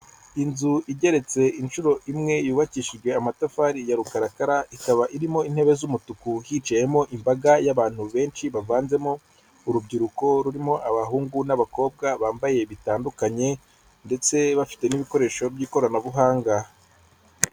Inzu igeretse inshuro imwe yubakishijwe amatafari ya rukarakara, ikaba irimo intebe z'umutuku, hicayemo imbaga y'abantu benshi bavanzemo urubyiruko rurimo abahungu n'abakobwa bambaye bitandukanye ndetse bafite n'ibikoresho by'ikoranabuhanga.